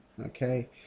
Okay